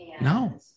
No